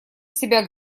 себя